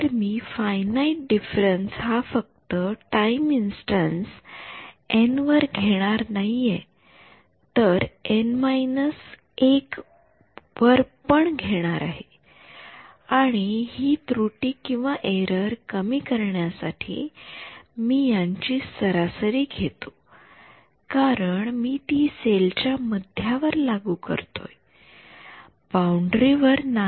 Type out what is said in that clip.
तर मी finite difference हा फक्त टाइम इंस्टन्स एन वर घेणार नाहीये तर एन १ पण घेणार आहे आणि हि त्रुटीएरर कमी करण्यासाठी मी यांची सरासरी घेतो कारण मी ती सेल च्या मध्यावर लागू करतोय बाउंडरी वर नाही